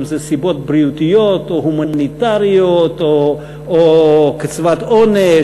אם סיבות בריאותיות או הומניטריות או קציבת עונש,